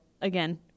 again